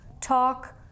talk